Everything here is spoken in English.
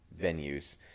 venues